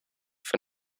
for